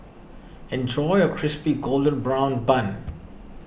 enjoy your Crispy Golden Brown Bun